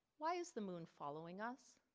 why is the moon following us